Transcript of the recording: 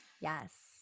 Yes